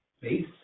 Base